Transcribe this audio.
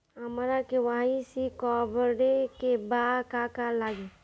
हमरा के.वाइ.सी करबाबे के बा का का लागि?